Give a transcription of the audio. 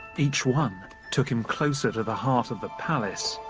each one took him closer to the heart of the palace,